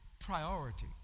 priority